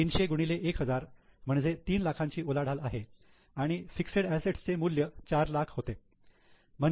300 गुणिले 1000 म्हणजे 3 लाखाची उलाढाल आहे आणि फिक्सेड असेट्सचे मूल्य 4 लाख होते